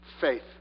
Faith